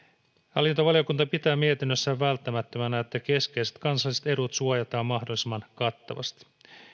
hallintovaliokunta pitää mietinnössään välttämättömänä että keskeiset kansalliset edut suojataan mahdollisimman kattavasti